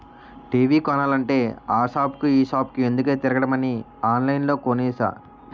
TV కొనాలంటే ఆ సాపుకి ఈ సాపుకి ఎందుకే తిరగడమని ఆన్లైన్లో కొనేసా